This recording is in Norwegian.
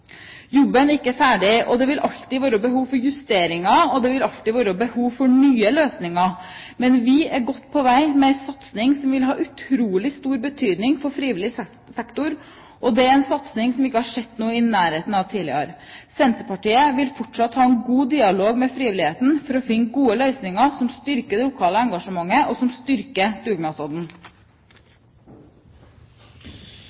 Jobben er ikke ferdig. Det vil alltid være behov for justeringer, og det vil alltid være behov for nye løsninger. Men vi er godt på vei med en satsing som vil ha utrolig stor betydning for frivillig sektor. Det er en satsing som vi ikke har sett noe i nærheten av tidligere. Senterpartiet vil fortsatt ha en god dialog med frivilligheten for å finne gode løsninger som styrker det lokale engasjementet, og som styrker